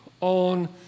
on